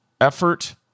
effort